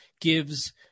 gives